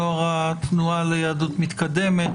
נוער התנועה ליהדות המתקדמת,